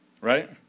right